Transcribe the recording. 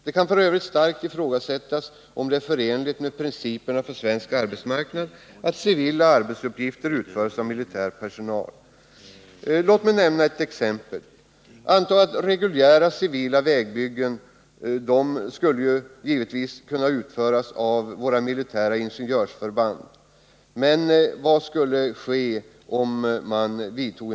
Det kan f. ö. starkt ifrågasättas om det är förenligt med principerna för svensk arbetsmarknad att civila arbetsuppgifter utförs av militär personal. Hur skulle det se ut om vi exempelvis lät våra militära ingenjörsförband utföra arbeten vid reguljära civila vägbyggen?